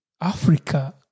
Africa